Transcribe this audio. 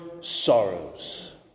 sorrows